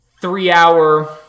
three-hour